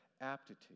aptitude